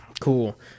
cool